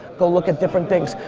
go look at different things.